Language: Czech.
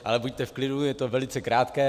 Ale buďte v klidu, je to velice krátké.